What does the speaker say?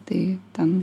tai ten